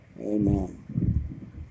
Amen